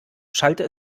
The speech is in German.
schallte